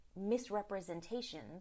misrepresentations